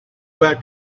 back